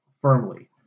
firmly